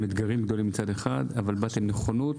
אתגרים גדולים מצד אחד אבל באת עם נכונות,